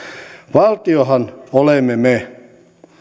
valtiohan olemme me